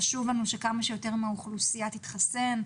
חשוב לנו שכמה שיותר מהאוכלוסייה יתחסנו,